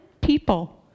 people